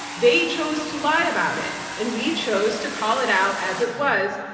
they chose to lie about it and we chose to call it out as it was,